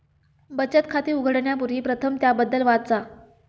बचत खाते उघडण्यापूर्वी प्रथम त्याबद्दल वाचा